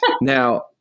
Now